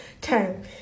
time